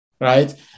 right